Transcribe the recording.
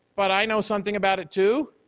but i know something about it, too,